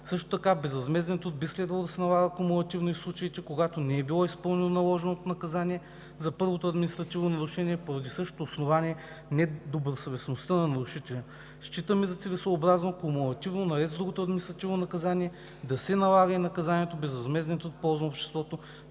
Също така безвъзмезден труд би следвало да се налага кумулативно и в случаите, когато не е било изпълнено наложеното наказание за първото административно нарушение поради същото основание – недобросъвестността на нарушителя. Считаме за целесъобразно, кумулативно, наред с другото административно наказание, да се налага и наказанието „безвъзмезден труд в полза на обществото“